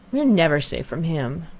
we are never safe from him.